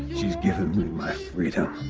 she's given me my freedom.